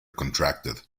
contracted